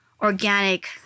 organic